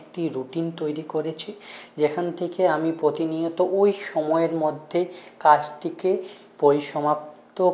একটু রুটিন তৈরি করেছি যেখান থেকে আমি প্রতিনিয়ত ওই সময়ের মধ্যে কাজটিকে পরিসমাপ্ত